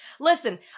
Listen